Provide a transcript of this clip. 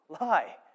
lie